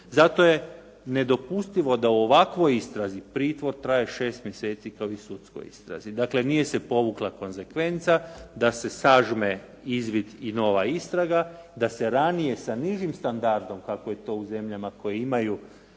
Zato je nedopustivo da u ovakvoj istrazi pritvor traje 6 mjeseci kao i sudskoj istrazi. Dakle, nije se povukla konzekvenca da se sažme izvid i nova istraga, da se ranije sa nižim standardom kako je to u zemljama koje imaju